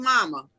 Mama